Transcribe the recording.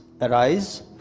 arise